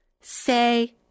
say